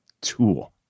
tool